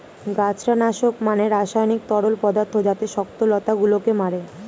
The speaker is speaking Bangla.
গাছড়া নাশক মানে রাসায়নিক তরল পদার্থ যাতে শক্ত লতা গুলোকে মারে